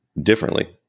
differently